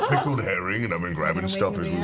pickled herring, and i've been grabbing stuff as